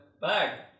bag